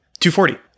240